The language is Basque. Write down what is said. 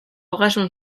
ogasun